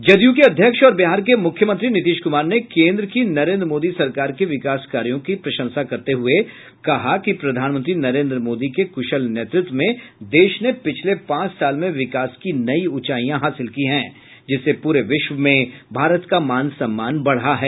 जदयू के अध्यक्ष और बिहार के मुख्यमंत्री नीतीश कुमार ने केन्द्र की नरेन्द्र मोदी सरकार के विकास कार्यो की प्रशंसा करते हुए आज कहा कि प्रधानमंत्री नरेन्द्र मोदी के कुशल नेतृत्व में देश ने पिछले पांच साल में विकास की नई ऊंचाइयां हासिल की है जिससे पूरे विश्व में भारत का मान सम्मान बढ़ा है